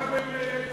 עכשיו הם יצביעו,